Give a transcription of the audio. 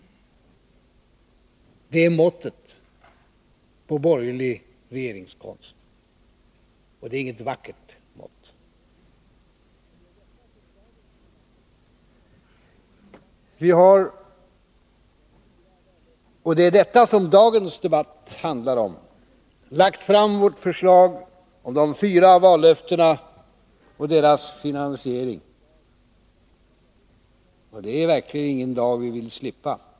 Det är måttet på borgerlig regeringskonst, och det är inget vackert mått. Vi har, och det är detta som dagens debatt handlar om, lagt fram våra förslag om de fyra vallöftena och deras finansiering. Detta är verkligen inte någon dag vi vill slippa.